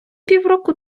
півроку